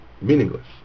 meaningless